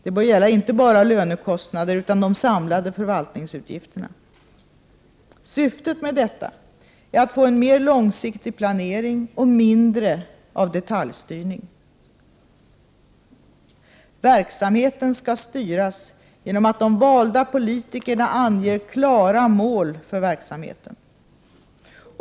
Det bör gälla inte bara lönekostnader utan även de samlade förvaltningsutgifterna. Syftet med detta är att få mer långsiktig planering och mindre av detaljstyrning. Verksamheten skall styras genom att de valda politikerna anger klara mål för verksamheten.